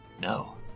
No